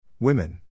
Women